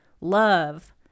love